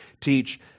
teach